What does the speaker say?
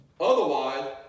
Otherwise